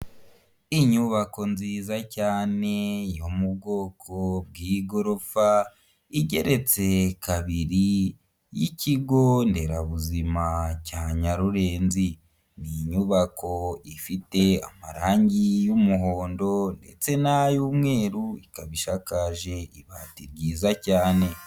Inyubako nziza cyane yo mu bwoko bw'igorofa igeretse kabiri y'ikigo nderabuzima cya nyarurenzi, n'inyubako ifite amarangi y'umuhondo ndetse nay'umweru ikabi ishakaje ibati ryiza cyane.